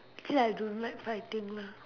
actually I don't like fighting lah